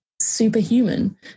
superhuman